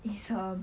it's a